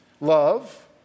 Love